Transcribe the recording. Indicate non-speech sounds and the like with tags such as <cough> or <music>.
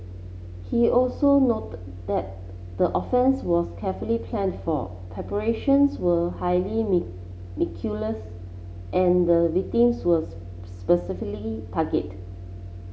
he also noted that the offence was carefully planned for preparations were highly <unintelligible> meticulous and the victims was <unintelligible> specifically target